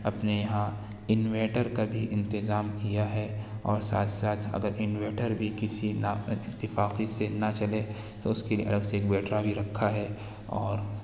اپنے یہاں انویٹر کا بھی انتظام کیا ہے اور ساتھ ساتھ اگر انویٹر بھی کسی نااتفاقی سے نہ چلے تو اس کے لیے الگ سے ایک بیٹری بھی رکھا ہے اور